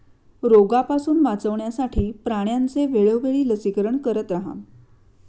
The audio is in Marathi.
रोगापासून वाचवण्यासाठी प्राण्यांचे वेळोवेळी लसीकरण करत रहा